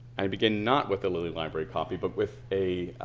i begin not with the lilly library copy but with a,